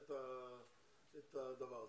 את הדבר הזה.